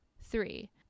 Three